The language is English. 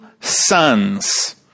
sons